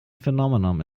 phenomenon